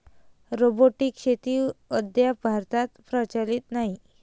robotic शेती अद्याप भारतात प्रचलित नाही